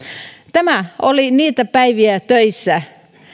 tämä oli niitä päiviä töissä